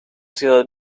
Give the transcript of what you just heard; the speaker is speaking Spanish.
ciudad